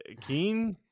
Keen